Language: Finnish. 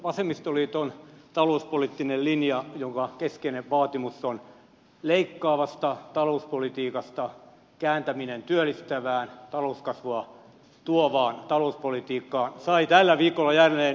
vasemmistoliiton talouspoliittinen linja jonka keskeinen vaatimus on leikkaavan talouspolitiikan kääntäminen työllistävään talouskasvua tuovaan talouspolitiikkaan sai tällä viikolla jälleen uuden tukijan